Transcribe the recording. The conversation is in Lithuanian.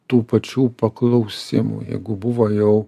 tų pačių paklausimų jeigu buvo jau